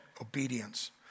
obedience